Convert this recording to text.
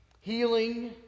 healing